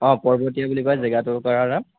অঁ পৰ্বতীয়া বুলি কয় জেগাটুকুৰাৰ নাম